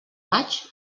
maig